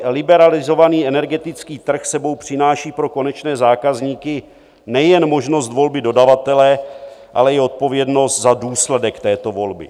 Liberalizovaný energetický trh s sebou přináší pro konečné zákazníky nejen možnost volby dodavatele, ale i odpovědnost za důsledek této volby.